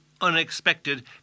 unexpected